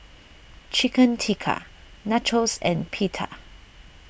Chicken Tikka Nachos and Pita